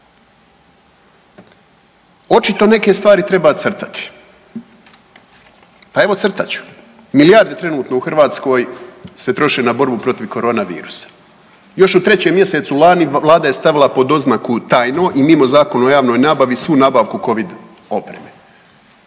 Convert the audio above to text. Očito neke stvari treba crtati. Pa evo crtat ću. Milijarde trenutno u Hrvatskoj se troše na borbu protiv corona virusa. Još u trećem mjesecu lani Vlada je stavila pod oznaku tajno i mimo Zakona o javnoj nabavi svu nabavku covid opreme.